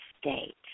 state